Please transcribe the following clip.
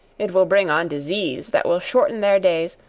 it will bring on disease that will shorten their days,